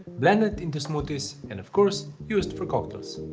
blended into smoothies, and of course used for cocktails.